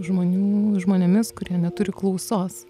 žmonių žmonėmis kurie neturi klausos